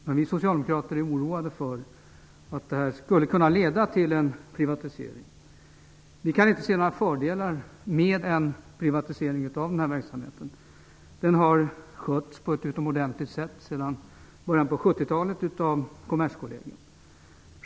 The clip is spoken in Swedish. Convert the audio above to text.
Men vi socialdemokrater är oroade för att det skulle kunna leda till en privatisering. Vi kan inte se några fördelar med en privatisering av denna verksamhet. Den har skötts av Kommerskollegium på ett utomordentligt sätt sedan början på 70-talet.